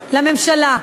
לממשלה.